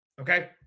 Okay